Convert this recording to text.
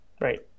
Right